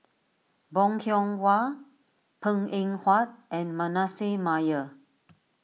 Bong Hiong Hwa Png Eng Huat and Manasseh Meyer